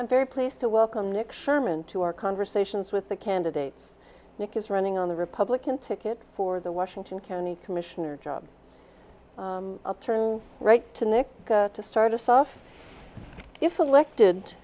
i'm very pleased to welcome nick sherman to our conversations with the candidates nick is running on the republican ticket for the washington county commissioner job i'll turn right to nick to start us off if elected